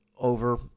over